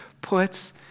puts